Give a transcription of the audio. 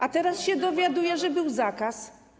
A teraz się dowiaduję, że był zakaz.